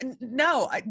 no